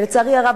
לצערי הרב,